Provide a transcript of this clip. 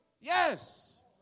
Yes